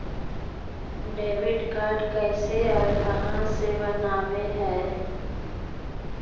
Debit card कैसे और कहां से बनाबे है?